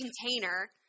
container